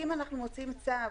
אם אנחנו מוציאים צו